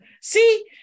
See